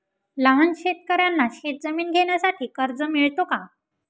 लहान शेतकऱ्यांना शेतजमीन घेण्यासाठी कर्ज मिळतो का?